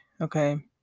okay